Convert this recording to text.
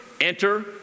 enter